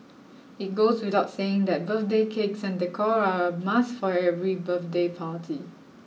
it goes without saying that birthday cakes and decor are a must for every birthday party